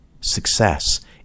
success